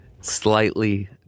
Slightly